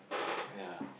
oh yeah